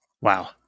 Wow